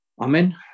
Amen